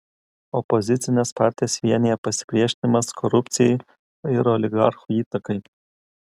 opozicines partijas vienija pasipriešinimas korupcijai ir oligarchų įtakai